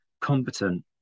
competent